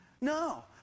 No